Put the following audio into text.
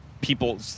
people